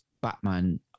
batman